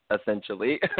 essentially